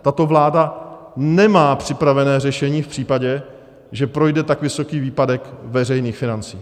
Tato vláda nemá připravené řešení v případě, že projde tak vysoký výpadek veřejných financí.